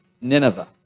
Nineveh